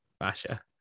Masha